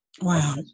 wow